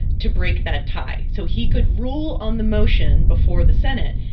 to break that tie. so he could rule on the motion before the senate.